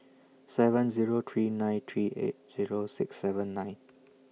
seven Zero three nine three eight Zero six seven nine